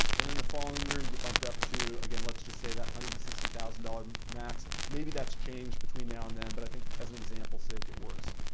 and then the following year, you get bumped up to, again, let's just say that one hundred and sixty thousand dollars max. maybe that's changed between now and then. but i think as an example sake it works.